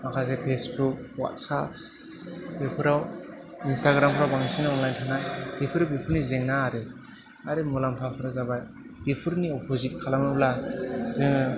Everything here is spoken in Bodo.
माखासे फेसबुक हाटसआप बेफोराव इन्स्टाग्रामफ्राव बांसिन अनलाइन थानाय बेफोरो बेफोरनि जेंना आरो आरो मुलाम्फाफोरा जाबाय बेफोरनि अपजित खालामोब्ला जोङो